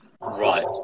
Right